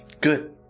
Good